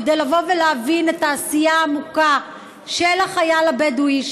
כדי לבוא ולהבין את העשייה העמוקה של החייל הבדואי,